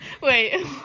Wait